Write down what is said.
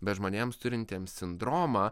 be žmonėms turintiems sindromą